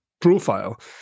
profile